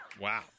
Wow